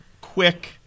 quick